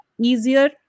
easier